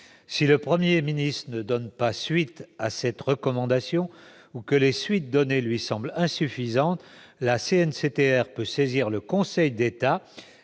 Si le Premier ministre ne donne pas suite à cette recommandation ou que les suites données lui semblent insuffisantes, la CNCTR peut saisir le Conseil d'État.